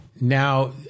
now